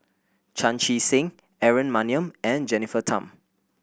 Chan Chee Seng Aaron Maniam and Jennifer Tham